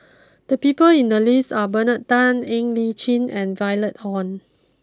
the people in the list are Bernard Tan Ng Li Chin and Violet Oon